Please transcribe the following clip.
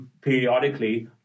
periodically